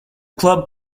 club